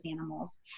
animals